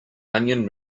onion